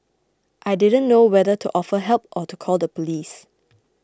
I didn't know whether to offer help or to call the police